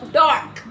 dark